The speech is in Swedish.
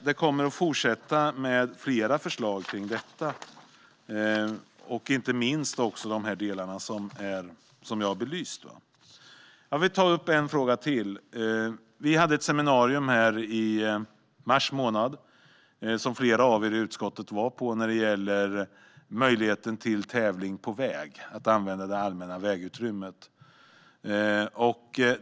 Det kommer alltså att komma fler förslag kring detta, inte minst runt de delar som jag har belyst. Jag vill ta upp en fråga till. I mars månad hade vi ett seminarium som flera i utskottet var på, när det gäller möjligheten att använda det allmänna vägutrymmet till tävling.